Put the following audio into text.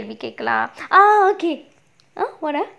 இல்ல:illa lah oh okay !huh! what ah